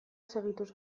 segituz